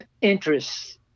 interests